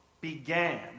began